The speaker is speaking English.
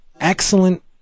excellent